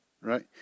right